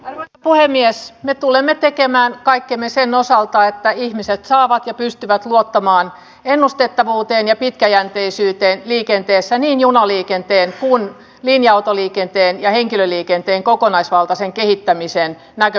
är puhemies me tulemme tekemään kaikkemme sen osalta että ihmiset saavat ja pystyvät luottamaan ennustettavuuteen ja pitkäjänteisyyteen liikenteessä niin junaliikenteen suurin linja autoliikenteen ja henkilöliikenteen kokonaisvaltaisen kehittämisen näkö